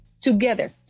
together